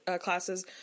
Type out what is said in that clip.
classes